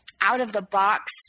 out-of-the-box